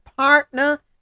partner